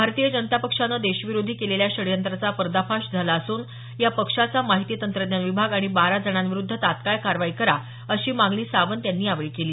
भारतीय जनता पक्षानं देशविरोधी केलेल्या षडयंत्राचा पर्दाफाश झाला असून या पक्षाचा माहिती तंत्रज्ञान विभाग आणि बारा जणांविरुद्ध तात्काळ कारवाई करा अशी मागणी सावंत यांनी यावेळी केली